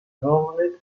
roble